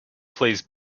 pleased